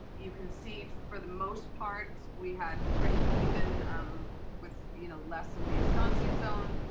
you can see for the most part we had pretty even um with you know less in the estancia zone,